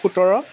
সোতৰ